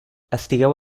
estigueu